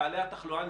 תעלה התחלואה,